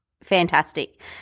fantastic